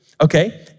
okay